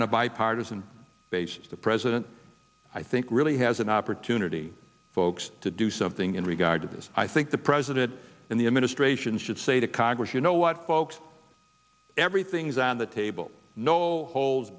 on a bipartisan basis the president i think really has an opportunity folks to do something in regard to this i think the president and the administration should say to congress you know what folks everything's on the table no holds